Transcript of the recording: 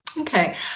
Okay